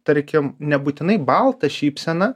tarkim nebūtinai baltą šypseną